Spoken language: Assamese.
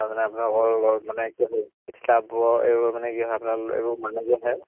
তাৰ মানে আপোনালোকৰ বোৰ এইবোৰ মানে কি হয় এইবোৰ মানুহ আহে